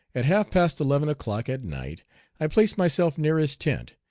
at half-past eleven o'clock at night i placed myself near his tent,